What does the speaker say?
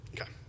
Okay